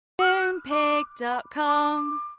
Moonpig.com